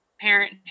parent